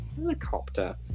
helicopter